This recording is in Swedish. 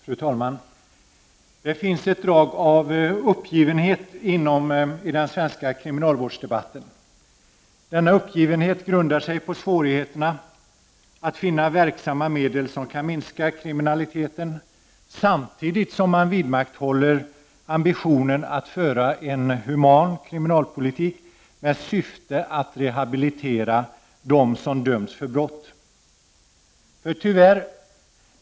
Fru talman! Det finns ett drag av uppgivenhet i den svenska kriminalvårdsdebatten. Denna uppgivenhet grundar sig på svårigheterna att finna verksamma medel för att minska kriminaliteten samtidigt som man vidmakthåller ambitionen att föra en human kriminalpolitik med syfte att rehabilitera dem som döms för brott.